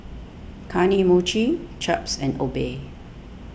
Kane Mochi Chaps and Obey